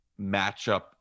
matchup